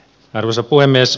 arvoisa puhemies